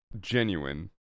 genuine